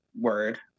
word